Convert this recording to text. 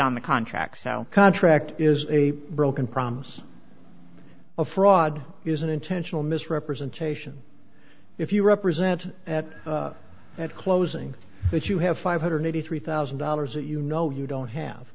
on the contracts how contract is a broken promise a fraud is an intentional misrepresentation if you represent at that closing that you have five hundred eighty three thousand dollars that you know you don't have